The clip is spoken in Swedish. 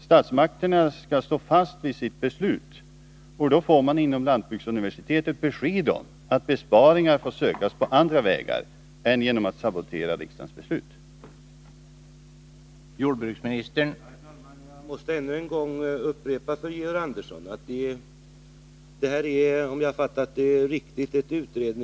Statsmakterna skall stå fast vid sitt beslut, och då borde man inom lantbruksuniversitetet få besked om att möjligheterna att göra besparingar skall sökas på andra vägar än genom att sabotera riksdagens lokaliseringsbeslut.